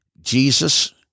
Jesus